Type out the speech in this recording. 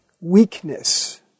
weakness